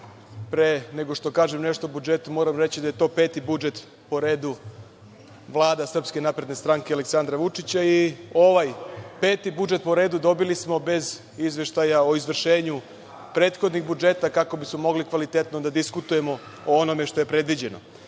pre nego što kažem nešto o budžetu, moram reći da je to peti budžet po redu Vlade Srpske napredne stranke Aleksandra Vučića i ovaj peti budžet po redu dobili smo bez izveštaja o izvršenju prethodnih budžeta kako bismo mogli kvalitetno da diskutujemo o onome što je predviđeno.